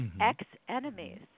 Ex-Enemies